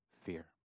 fear